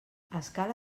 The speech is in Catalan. escala